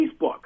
Facebook